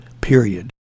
period